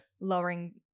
lowering